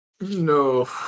No